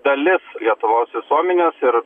dalis lietuvos visuomenės ir